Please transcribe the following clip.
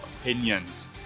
opinions